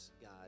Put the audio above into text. God